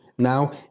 now